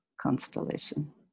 constellation